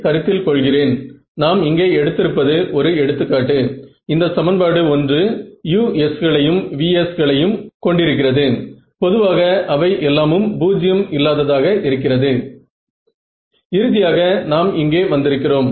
அது இங்கே கன்வர்ஜ் ஆக ஆரம்பிக்கிறது